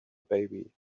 baby